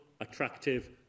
attractive